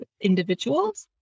individuals